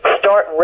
start